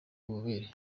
ububobere